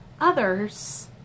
others